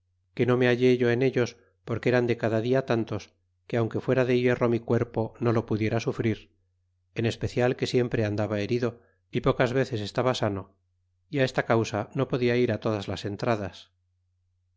que no me hallé yo en ellos porque eran de cada dia tantos que aunque fuera de hierro mi cuerpo no lo pudiera sufrir en especial que siempre andaba herido y pocas veces estaba sano y esta causa no podia ir todas las entradas